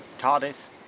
TARDIS